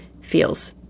feels